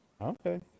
Okay